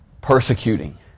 persecuting